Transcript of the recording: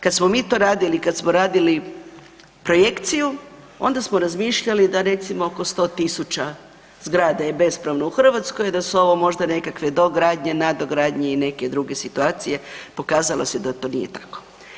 Kad smo mi to radili i kad smo radili projekciju, onda smo razmišljali da recimo oko 100 000 zgrada je bespravno u Hrvatskoj, da su ovo možda nekakve dogradnje, nadogradnje i neke druge situacije, pokazalo se da to nije tako.